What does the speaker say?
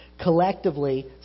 collectively